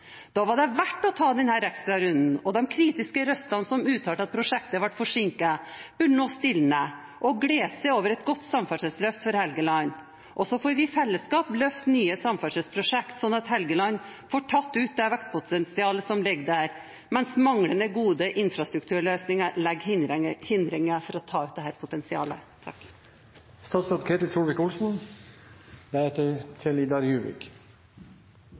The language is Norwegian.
Da var det verdt å ta denne ekstra runden, og de kritiske røstene som uttalte at prosjektet ble forsinket, burde nå stilne og glede seg over et godt samferdselsløft for Helgeland. Så får vi i fellesskap løfte nye samferdselsprosjekt, slik at Helgeland får tatt ut det vekstpotensialet som ligger der – for manglende gode infrastrukturløsninger legger hindringer for å ta ut dette potensialet.